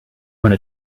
wanna